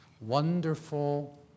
Wonderful